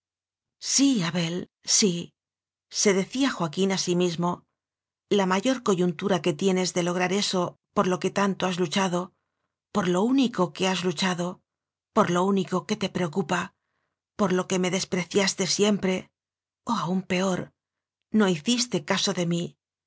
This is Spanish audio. sí abel síse decía joaquín a sí mismola mayor coyuntura que tienes de lograr eso por lo que tanto has luchado por lo único que has luchado por lo único que te preocupa por lo que me despreciaste siempre o aun peor no hiciste caso de mí